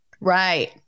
Right